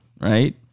right